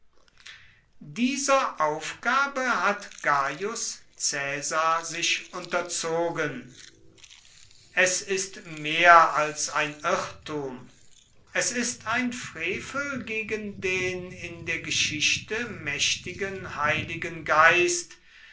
dieser aufgabe hat gaius caesar sich unterzogen es ist mehr als ein irrtum es ist ein frevel gegen den in der geschichte mächtigen heiligen geist